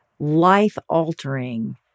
life-altering